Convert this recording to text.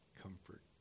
Comfort